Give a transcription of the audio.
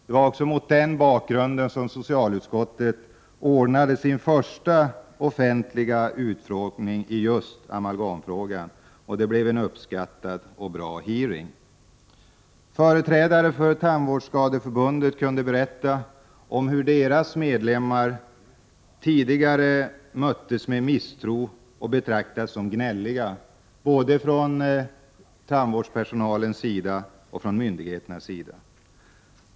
Det var också mot den bakgrunden som socialutskottet anordnade sin första offentliga utfrågning i just amalgamfrågan, och det blev en uppskattad och bra hearing. Företrädare för Tandvårdsskadeförbundet kunde berätta om hur deras medlemmar tidigare möttes med misstro och betraktades som gnälliga, både av tandvårdspersonalen och från myndigheternas sida.